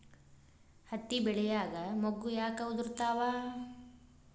ಹತ್ತಿ ಬೆಳಿಯಾಗ ಮೊಗ್ಗು ಯಾಕ್ ಉದುರುತಾವ್?